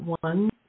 one